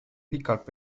pikalt